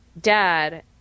dad